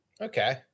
Okay